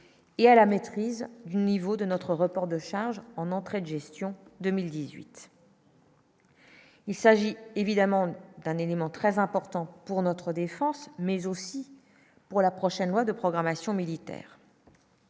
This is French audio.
et à la maîtrise du niveau de notre reports de charges en entrée de gestion 2018. Il s'agit évidemment d'un élément très important pour notre défense, mais aussi pour la prochaine loi de programmation militaire.